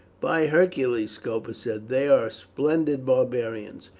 by hercules, scopus said, they are splendid barbarians!